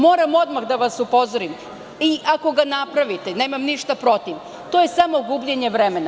Moram odmah da vas upozorim, i ako ga napravite, neman ništa protiv, to je samo gubljenje vremena.